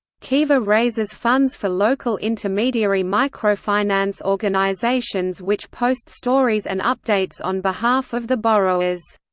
kiva raises funds for local intermediary microfinance organizations which post stories and updates on behalf of the borrowers.